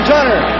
Turner